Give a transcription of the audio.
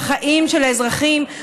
בחיים של האזרחים,